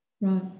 Right